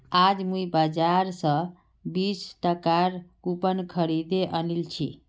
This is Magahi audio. आज मुई बाजार स बीस टकार कूपन खरीदे आनिल छि